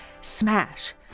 Smash